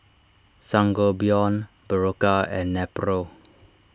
Sangobion Berocca and Nepro